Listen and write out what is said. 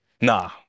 Nah